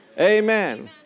Amen